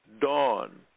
Dawn